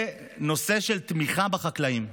בנושא של תמיכה בחקלאים.